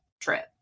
trip